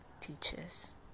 teachers